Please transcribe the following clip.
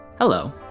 Hello